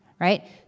right